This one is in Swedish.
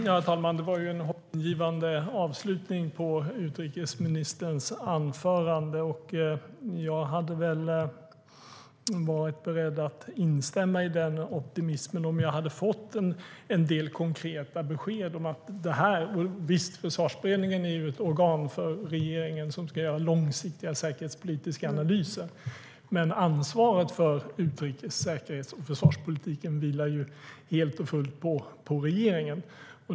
Herr talman! Det var en hoppingivande avslutning på utrikesministerns anförande. Jag hade varit beredd att instämma i den optimismen om jag hade fått en del konkreta besked. Visst är Försvarsberedningen ett organ för regeringen som ska göra långsiktiga säkerhetspolitiska analyser. Men ansvaret för utrikes, säkerhets och försvarspolitiken vilar helt och fullt på regeringen.